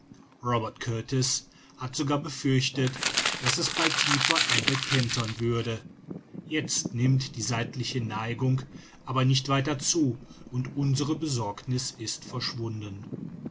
robert kurtis hat sogar befürchtet daß es bei tiefer ebbe kentern würde jetzt nimmt die seitliche neigung aber nicht weiter zu und unsere besorgniß ist verschwunden